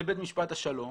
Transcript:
לבית משפט השלום,